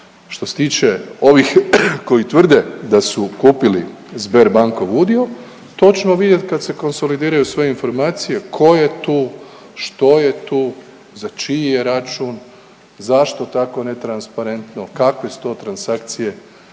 Što se tiče ovih koji tvrde da su kupili Sberbankov udio to ćemo vidjet kad se konsolidiraju sve informacije ko je tu, što je tu, za čiji je račun, zašto tako netransparentno, kakve su to transakcije